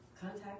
Contact